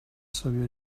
sabia